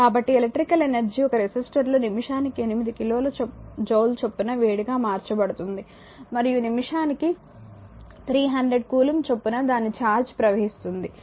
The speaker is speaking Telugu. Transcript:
కాబట్టి ఎలక్ట్రికల్ ఎనర్జీ ఒక రెసిస్టర్లో నిమిషానికి 8 కిలోల జూల్ చొప్పున వేడిగా మార్చబడుతుంది మరియు నిమిషానికి 300 కూలుంబ్ చొప్పున దాని ద్వారా ఛార్జ్ ప్రవహిస్తుంది